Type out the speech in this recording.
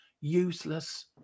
useless